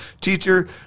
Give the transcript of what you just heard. Teacher